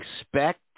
expect